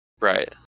Right